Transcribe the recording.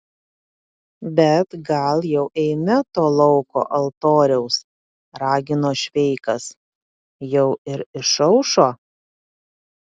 bet gal jau eime to lauko altoriaus ragino šveikas jau ir išaušo